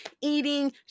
eating